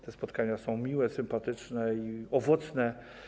Te spotkania są miłe, sympatyczne i owocne.